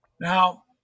Now